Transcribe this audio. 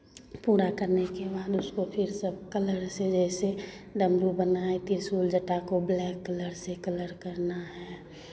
पूरा करने के बाद उसको फिर सब कलर से जैसे डमरू बनाए त्रिशूल जटा को ब्लैक कलर से कलर करना है